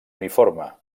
uniforme